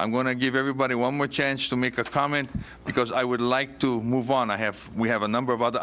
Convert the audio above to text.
i'm going to give everybody one more chance to make a comment because i would like to move on i have we have a number of other